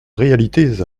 réalités